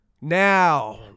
Now